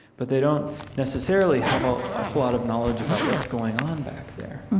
but they don't necessarily have a whole lot of knowledge about what's going on back there.